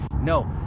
no